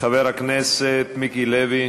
חבר הכנסת מיקי לוי,